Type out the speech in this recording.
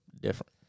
Different